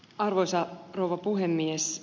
arvoisa rouva puhemies